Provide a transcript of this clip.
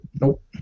nope